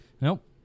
Nope